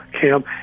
Cam